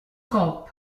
cup